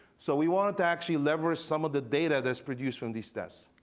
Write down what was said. so we wanted to actually leverage some of the data that's produced from these tests.